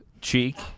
cheek